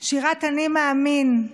שירת "אני מאמין"